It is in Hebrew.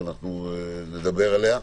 ונדבר עליה.